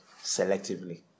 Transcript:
selectively